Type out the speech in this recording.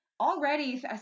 already